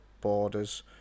borders